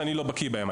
שאני לא בקיא בהם.